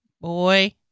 boy